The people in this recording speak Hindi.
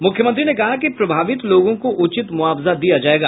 मुख्यमंत्री ने कहा कि प्रभावित लोगों को उचित मुआवजा दिया जाएगा